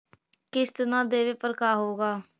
किस्त न देबे पर का होगा?